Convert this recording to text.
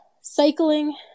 cycling